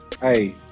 Hey